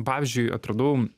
pavyzdžiui atradau